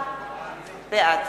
בעד